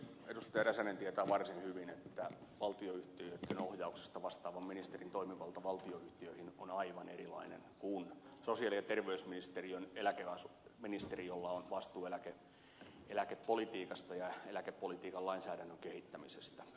räsänen tietää varsin hyvin että valtionyhtiöitten ohjauksesta vastaavan ministerin toimivalta valtionyhtiöihin on aivan erilainen kuin sosiaali ja terveysministeriön ministerin jolla on vastuu eläkepolitiikasta ja eläkepolitiikan lainsäädännön kehittämisestä